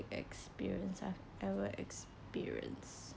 experience I have ever experienced